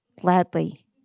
Gladly